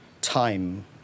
time